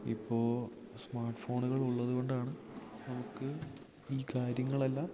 ഇപ്പോൾ സ്മാർട്ട് ഫോണുകൾ ഉള്ളതു കൊണ്ടാണ് നമുക്ക് ഈ കാര്യങ്ങൾ എല്ലാം